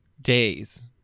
days